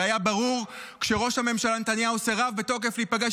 זה היה ברור כשראש הממשלה נתניהו סירב בתוקף להיפגש